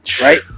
Right